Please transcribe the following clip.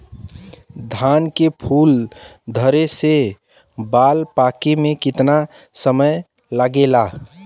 धान के फूल धरे से बाल पाके में कितना समय लागेला?